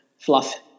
fluff